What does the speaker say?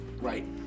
Right